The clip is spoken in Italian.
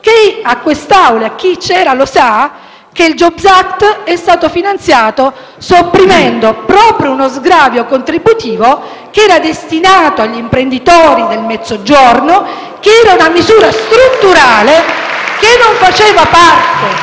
in quest'Aula, e chi c'era lo sa, che il *jobs act* è stato finanziato sopprimendo proprio uno sgravio contributivo che era destinato agli imprenditori del Mezzogiorno, che era una misura strutturale, non soggetta